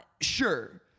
Sure